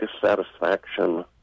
dissatisfaction